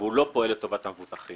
והוא לא פועל לטובת המבוטחים.